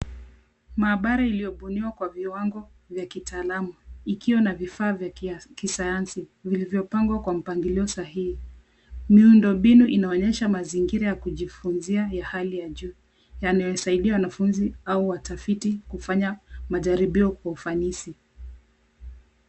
Maabara iliyobuniwa kwa viwango vya kitaalamu ikiwa na vifaa vya kisayansi vilivyopangwa kwa mpangiliao sahihi. Miundo mbinu inaonyesha mazingira ya kujifunzia ya hali ya juu yanayosaidia wanafunzi au watafiti kufanya majaribio kwa ufanisi.